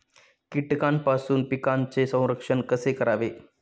कीटकांपासून पिकांचे संरक्षण कसे करावे?